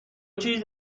چیز